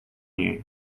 you